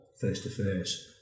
face-to-face